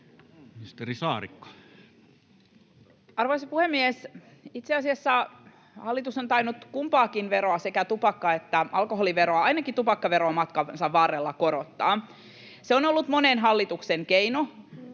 Content: Arvoisa puhemies! Itse asiassa hallitus on tainnut kumpaakin veroa, sekä tupakka- että alkoholiveroa, ainakin tupakkaveroa, matkansa varrella korottaa. Se on ollut monen hallituksen keino